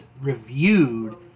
reviewed